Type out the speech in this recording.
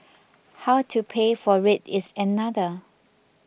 how to pay for it is another